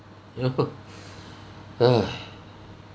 you know !haiya!